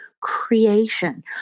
creation